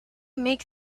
make